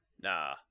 Nah